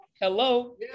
hello